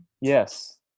Yes